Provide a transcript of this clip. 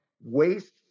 Waste